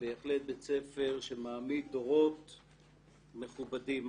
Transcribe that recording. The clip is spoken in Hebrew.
בהחלט בית ספר שמעמיד דורות מכובדים.